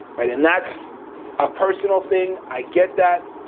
right, and that's a personal thing, i get that.